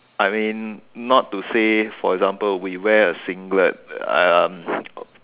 I mean not to say for example we wear a singlet um